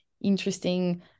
interesting